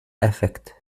effect